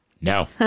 No